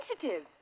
sensitive